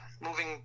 moving